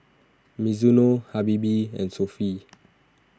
Mizuno Habibie and Sofy